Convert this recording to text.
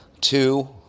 two